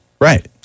Right